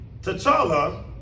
T'Challa